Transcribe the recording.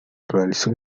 realizó